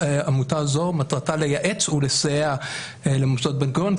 עמותה זו מטרתה לייעץ ולסייע למוסדות בן-גוריון,